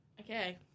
Okay